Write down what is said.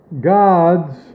gods